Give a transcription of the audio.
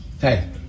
Hey